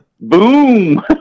Boom